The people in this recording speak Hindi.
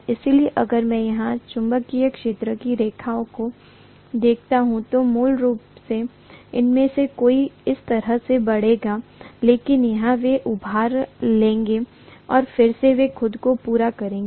इसलिए अगर मैं यहां चुंबकीय क्षेत्र की रेखाओं को देखता हूं तो मूल रूप से उनमें से कई इस तरह से बहेंगे लेकिन यहां वे उभार लेंगे और फिर से वे खुद को पूरा करेंगे